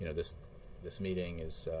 and this this meeting is